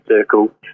circle